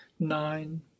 nine